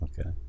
okay